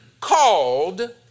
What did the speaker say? Called